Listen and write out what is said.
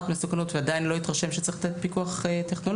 מסוכנות והוא עדיין לא התרשם שצריך לתת פיקוח טכנולוגי,